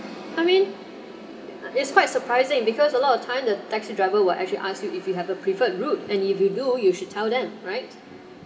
I mean it's quite surprising because a lot of time the taxi driver will actually ask you if you have a preferred route and if you do you should tell them right